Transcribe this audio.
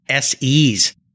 se's